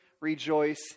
Rejoice